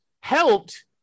Helped